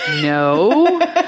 No